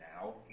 now